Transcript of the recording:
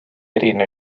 erine